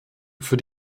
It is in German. für